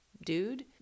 Dude